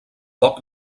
poc